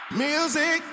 Music